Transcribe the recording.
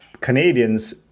Canadians